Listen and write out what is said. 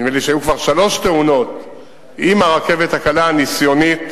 נדמה לי שהיו כבר שלוש תאונות עם הרכבת הקלה הניסיונית,